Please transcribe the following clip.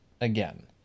again